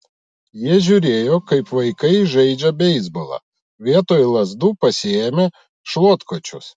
jie žiūrėjo kaip vaikai žaidžia beisbolą vietoj lazdų pasiėmę šluotkočius